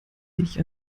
ich